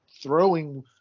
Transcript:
throwing